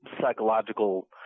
psychological